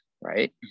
right